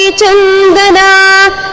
Chandana